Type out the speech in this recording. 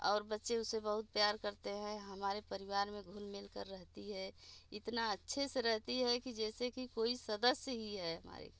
और बच्चे उससे बहुत प्यार करते हैं हमारे परिवार में घुल मिल कर रहती है इतना अच्छे से रहती है कि जैसे कि कोई सदस्य ही है हमारे घर की